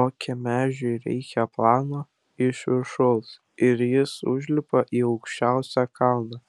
o kemežiui reikia plano iš viršaus ir jis užlipa į aukščiausią kalną